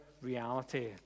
reality